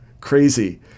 crazy